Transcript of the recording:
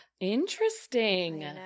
interesting